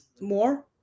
more